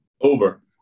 Over